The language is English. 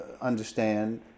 understand